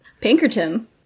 Pinkerton